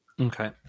Okay